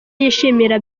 yishimira